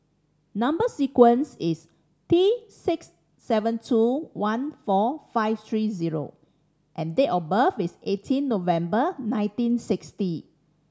number sequence is T six seven two one four five three zero and date of birth is eighteen November nineteen sixty